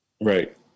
Right